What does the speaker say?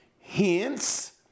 Hence